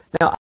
Now